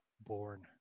born